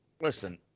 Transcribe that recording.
listen